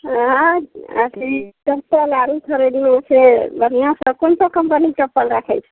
आँय अथी चप्पल आरू खरीदना छै बढ़िआँसँ कोन सा कम्पनीके चप्पल राखैत छै